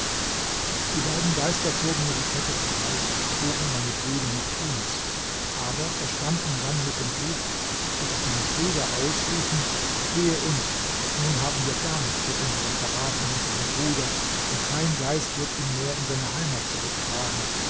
die beiden geister zogen mir die kette vom hals und trugen meine brüder nach tunis aber verschwanden dann mit dem buch so daß meine brüder ausriefen wehe uns nun haben wir gar nichts für unseren verrat an unserem bruder und kein geist wird ihn mehr in seine heimat zurücktragen